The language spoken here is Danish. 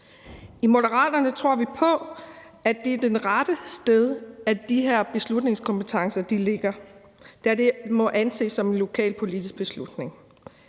I Moderaterne står vi på, at det er det rette sted, de her beslutningskompetencer ligger, da det må anses for at være en lokalpolitisk beslutning.